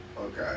okay